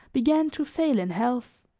began to fail in health.